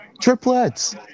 triplets